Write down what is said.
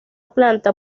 planta